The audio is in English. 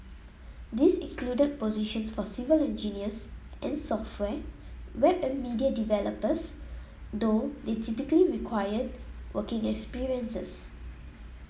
these included positions for civil engineers and software web and media developers though they typically required working experiences